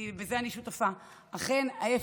כי בזה אני שותפה, אכן, ההפך.